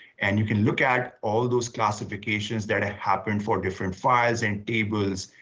and you can look at all of those classifications that have happened for different files and tables,